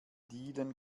dielen